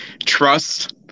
trust –